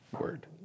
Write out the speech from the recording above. word